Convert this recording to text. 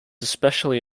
especially